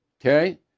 okay